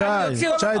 שי,